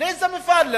לאיזה מפעל?